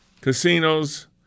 casinos